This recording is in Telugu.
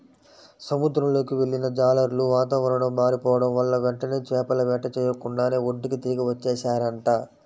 సముద్రంలోకి వెళ్ళిన జాలర్లు వాతావరణం మారిపోడం వల్ల వెంటనే చేపల వేట చెయ్యకుండానే ఒడ్డుకి తిరిగి వచ్చేశారంట